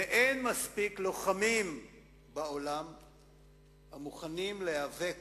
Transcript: ואין מספיק לוחמים בעולם המוכנים להיאבק